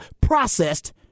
processed